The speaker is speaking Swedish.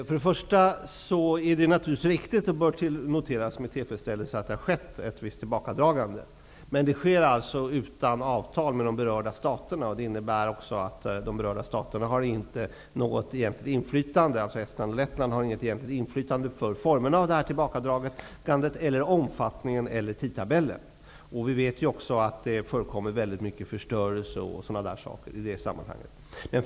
Herr talman! Det är naturligtvis riktigt, och bör noteras med tillfredsställelse, att det har skett ett visst tillbakadragande. Men det sker utan avtal med de berörda staterna. Det innebär också att de berörda staterna, Estland och Lettland, inte har något egentligt inflytande på formerna för tillbakadragandet, omfattningen eller tidtabellen. Vi vet också att det förekommer mycket förstörelse i det sammanhanget.